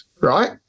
Right